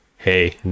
hey